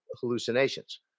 hallucinations